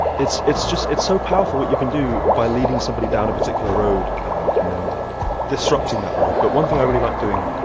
it's it's just it's so powerful what you can do by leading somebody down a particular road and then disrupting that road. but one thing i really like doing,